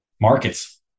markets